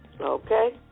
Okay